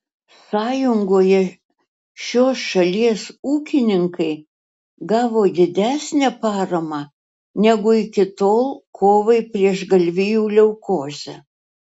sąjungoje šios šalies ūkininkai gavo didesnę paramą negu iki tol kovai prieš galvijų leukozę